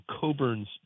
Coburn's